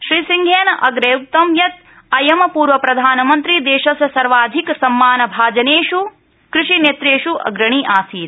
श्रीसिंहेन अग्रे उक्तं यत् अयं पूर्वप्रधनमनत्री देशस्य सर्वाधिकसम्मान भाजनेष् कृषिनेतृष् अग्रणी आसीत्